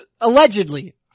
allegedly